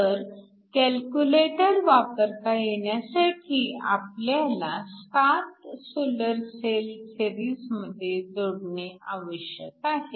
तर कॅल्क्युलेटर वापरता येण्यासाठी आपल्याला 7 सोलर सेल सिरीजमध्ये जोडणे आवश्यक आहे